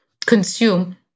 consume